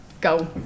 go